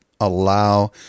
allow